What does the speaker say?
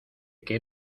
que